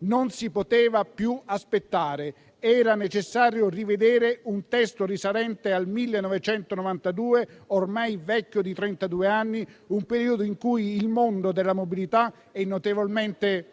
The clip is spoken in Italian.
Non si poteva più aspettare. Era necessario rivedere un testo risalente al 1992, ormai vecchio di trentadue anni, un periodo in cui il mondo della mobilità è notevolmente